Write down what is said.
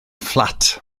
fflat